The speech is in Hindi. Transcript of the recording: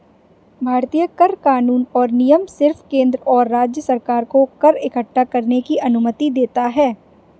भारतीय कर कानून और नियम सिर्फ केंद्र और राज्य सरकार को कर इक्कठा करने की अनुमति देता है